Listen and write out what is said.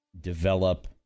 develop